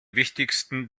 wichtigsten